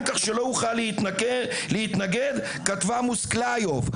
כך שלא אוכל להתנגד כתבה מוסקליוב,